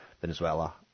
Venezuela